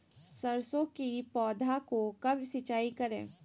सरसों की पौधा को कब सिंचाई करे?